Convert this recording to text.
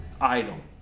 item